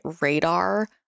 radar